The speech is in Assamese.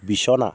বিছনা